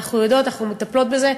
אנחנו יודעות, אנחנו מטפלות בזה.